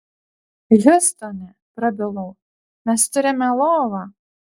hjustone prabilau mes turime lovą